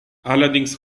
allerdings